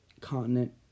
continent